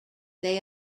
they